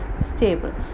stable